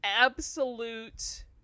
absolute